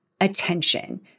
attention